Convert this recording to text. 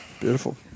Beautiful